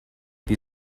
wie